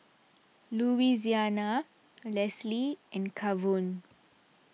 Louisiana Lesly and Kavon